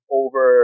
over